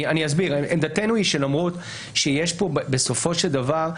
עמדתנו היא שלמרות שיש פה בסופו של דבר,